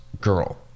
girl